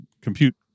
compute